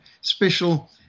special